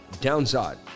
downside